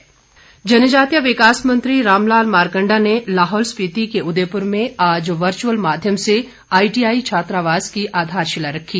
मारकंडा जनजातीय विकास मंत्री रामलाल मारकंडा ने लाहौल स्पिति के उदयपुर में आज वर्चुअल माध्यम से आईटीआई छात्रावास की आधारशिला रखी